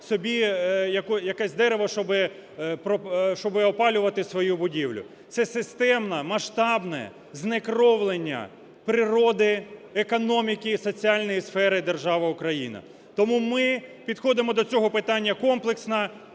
собі якесь дерево, щоби опалювати свою будівлю. Це системне масштабне знекровлення природи, економіки, соціальної сфери держави Україна. Тому ми підходимо до цього питання комплексно